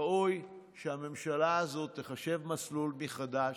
ראוי שהממשלה הזאת תחשב מסלול חדש,